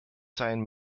seien